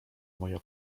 moja